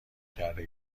کرده